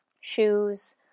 shoes